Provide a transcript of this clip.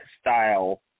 style